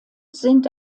sind